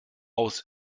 aus